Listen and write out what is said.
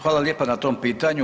Hvala lijepo na tom pitanju.